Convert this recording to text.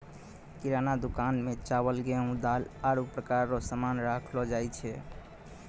किराना दुकान मे चावल, गेहू, दाल, आरु प्रकार रो सामान राखलो जाय छै